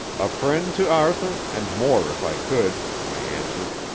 a friend to arthur and more if i could, i answered.